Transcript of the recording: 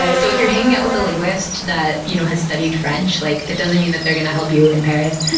so if you're hanging out with a linguist that you know has studied french, like that doesn't mean that they're going to help you in paris.